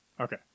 Okay